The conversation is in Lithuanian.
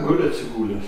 guli atsigulęs